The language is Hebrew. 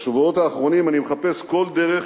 בשבועות האחרונים אני מחפש כל דרך